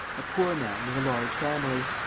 a poor man, with a large family.